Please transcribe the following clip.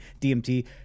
DMT